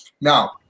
Now